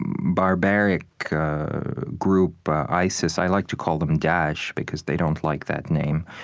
and barbaric group isis. i like to call them daesh because they don't like that name,